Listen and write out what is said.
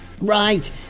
Right